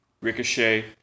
Ricochet